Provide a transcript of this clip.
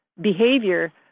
behavior